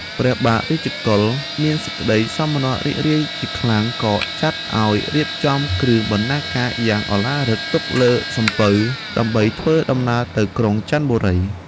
ព្រះបាទរាជកុល មានសេចក្ដីសោមនស្សរីករាយជាខ្លាំង ក៏ចាត់ឲ្យរៀបចំគ្រឿងបណ្ណាការយ៉ាងឧឡារិកផ្ទុកលើសំពៅ ដើម្បីធ្វើដំណើរទៅក្រុងចន្ទបុរី។